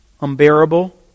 unbearable